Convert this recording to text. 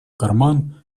карман